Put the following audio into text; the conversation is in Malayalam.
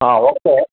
ആ ഓക്കെ